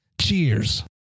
Cheers